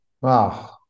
Wow